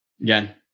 Again